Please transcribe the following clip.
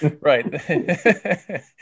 Right